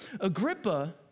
Agrippa